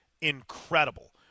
incredible